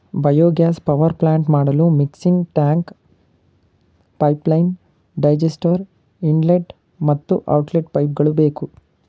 biogas power plant ಮಾಡಲು mixing tank, pipeline, digester, inlet ಮತ್ತು outlet ಪೈಪ್ಗಳು ಬೇಕು